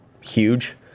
huge